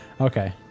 Okay